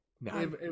no